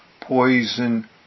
poison